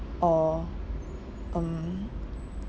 or um